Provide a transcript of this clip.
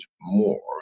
more